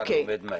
אוקיי.